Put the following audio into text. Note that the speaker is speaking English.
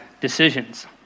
decisions